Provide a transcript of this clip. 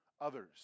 others